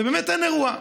ובאמת אין אירוע.